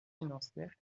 financière